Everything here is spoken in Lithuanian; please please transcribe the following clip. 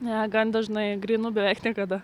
gan dažnai grynų beveik niekada